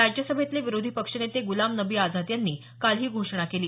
राज्यसभेतले विरोधी पक्षनेते गुलाम नबी आझाद यांनी काल ही घोषणा केली